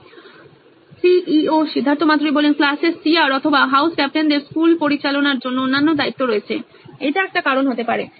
Siddharth Maturi C E O নোইন electronics ক্লাসের C R অথবা হাউস ক্যাপ্টেনদের স্কুলে পরিচালনার জন্য অন্যান্য দায়িত্ব আছে এটা একটা কারণ হতে পারে